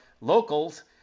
locals